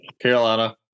Carolina